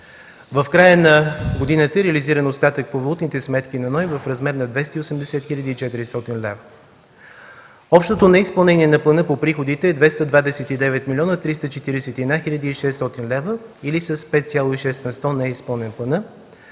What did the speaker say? В края на годината реализиран остатък по валутните сметки на НОИ в размер на 280 хил. 400 лв. Общото неизпълнение на плана по приходите е 229 млн. 341 хил. 600 лв. или с 5,6 на сто не е изпълнен планът.